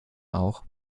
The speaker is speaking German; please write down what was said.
auch